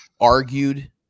argued